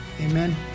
Amen